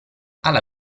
alla